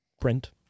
print